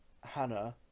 Hannah